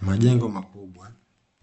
Majengo makubwa